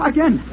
Again